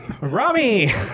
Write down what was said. Rami